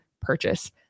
purchase